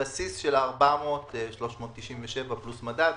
הבסיס של 397 פלוס מדד,